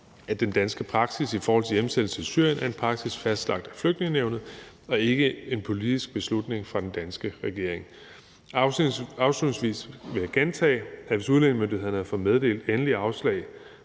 at den danske praksis i forhold til hjemsendelse til Syrien er en praksis fastlagt af Flygtningenævnet og ikke en politisk beslutning taget af den danske regering. Afslutningsvis vil jeg gentage, at hvis udlændingemyndighederne har meddelt endeligt afslag